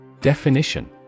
Definition